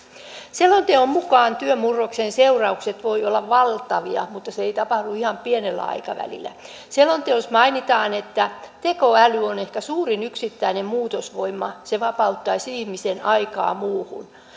selonteon mukaan työn murroksen seuraukset voivat olla valtavia mutta se ei tapahdu ihan pienellä aikavälillä selonteossa mainitaan että tekoäly on ehkä suurin yksittäinen muutosvoima se vapauttaisi ihmisen aikaa muuhun